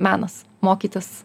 menas mokytis